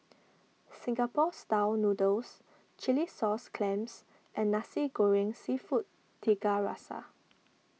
Singapore Style Noodles Chilli Sauce Clams and Nasi Goreng Seafood Tiga Rasa